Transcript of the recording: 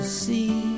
see